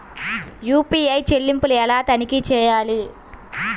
UPI చెల్లింపులు ఎలా తనిఖీ చేయాలి?